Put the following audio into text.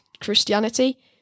Christianity